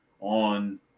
on